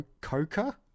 Coca